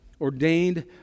ordained